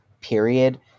period